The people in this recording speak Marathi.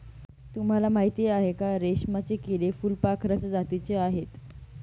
तुम्हाला माहिती आहे का? रेशमाचे किडे फुलपाखराच्या जातीचे आहेत